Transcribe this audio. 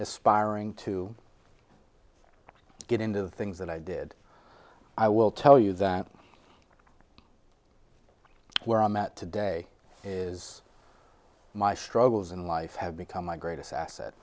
aspiring to get into the things that i did i will tell you that where i'm at today is my struggles in life have become my greatest asset